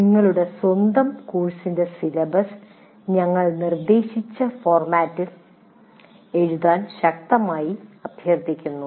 നിങ്ങളുടെ സ്വന്തം കോഴ്സിന്റെ സിലബസ് ഞങ്ങൾ നിർദ്ദേശിച്ച ഫോർമാറ്റിൽ എഴുതാൻ ശക്തമായി അഭ്യർത്ഥിക്കുന്നു